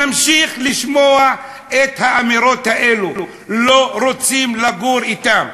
נמשיך לשמוע את האמירות האלה: לא רוצים לגור אתם?